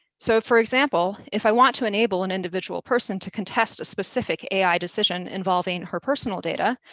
so, for example, if i want to enable an individual person to contest a specific ai decision involving her personal data,